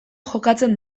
jokatzen